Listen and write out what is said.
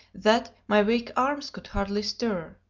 that my weak arms could hardly stir.